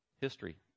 history